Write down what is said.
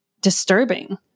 disturbing